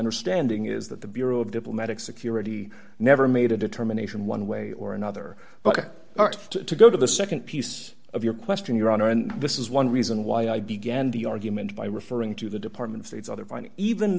understanding is that the bureau of diplomatic security never made a determination one way or another but to go to the nd piece of your question your honor and this is one reason why i began the argument by referring to the department state's other